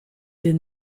did